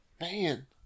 Man